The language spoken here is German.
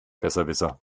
besserwisser